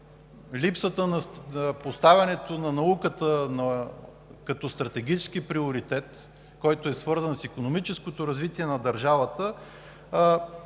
липсата на поставянето на науката като стратегически приоритет, който е свързан с икономическото развитие на държавата,